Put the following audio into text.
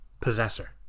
Possessor